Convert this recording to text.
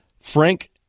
Frank